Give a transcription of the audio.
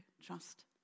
trust